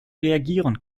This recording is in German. reagieren